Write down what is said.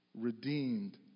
redeemed